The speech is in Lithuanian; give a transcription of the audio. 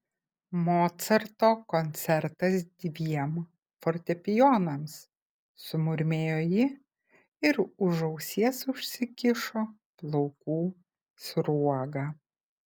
mocarto koncertas dviem fortepijonams sumurmėjo ji ir už ausies užsikišo plaukų sruogą